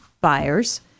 buyers